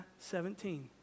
17